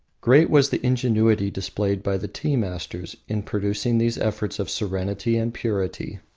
great was the ingenuity displayed by the tea-masters in producing these effects of serenity and purity.